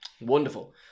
wonderful